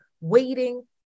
waiting